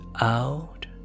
out